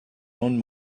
own